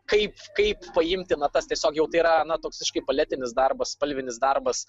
kaip kaip paimti natas tiesiog jau tai yra na toks kaip paletinis darbas spalvinis darbas